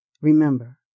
Remember